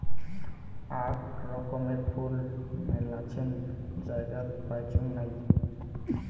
আক রকমের ফুল মেলাছেন জায়গাত পাইচুঙ নাই